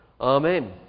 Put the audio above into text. Amen